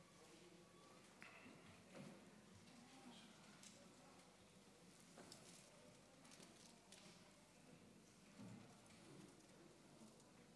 תודה